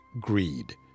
greed